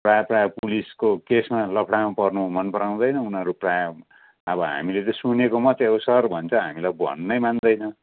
प्रायः प्रायः पुलिसको केसमा लफडामा पर्न मन पराउँदैन उनीहरू प्रायः अब हामीले त सुनेको मात्रै हो सर भन्छ हामीलाई भन्नै मान्दैन